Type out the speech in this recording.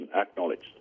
acknowledged